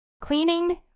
Cleaning